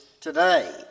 today